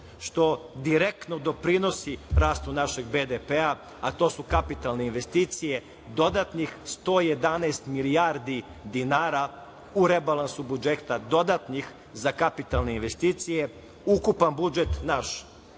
što direktno doprinosi rastu našeg BDP-a, a to su kapitalne investicije, dodatnih 111 milijardi dinara u rebalansu budžeta, dodatnih, za kapitalne investicije. Ukupan budžet naš